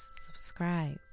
subscribe